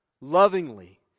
Lovingly